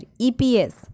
EPS